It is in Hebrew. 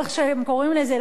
או איך שהם קוראים לזה,